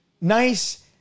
nice